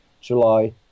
July